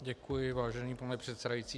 Děkuji, vážený pane předsedající.